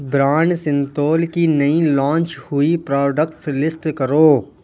بران سنتھول کی نئی لانچ ہوئی پراڈکٹس لسٹ کرو